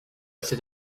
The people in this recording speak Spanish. este